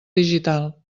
digital